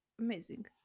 amazing